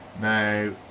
Now